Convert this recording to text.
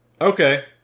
Okay